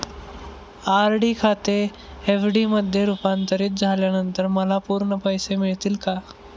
RD खाते FD मध्ये रुपांतरित झाल्यानंतर मला पूर्ण पैसे मिळतील का?